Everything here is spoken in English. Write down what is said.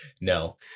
No